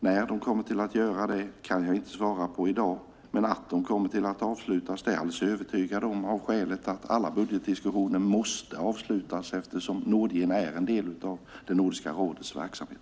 När de kommer att avslutas kan jag inte svara på i dag, men att de kommer att avslutas är jag alldeles övertygad om av det skälet att alla budgetdiskussioner måste avslutas eftersom Nordgen är en del av Nordiska rådets verksamhet.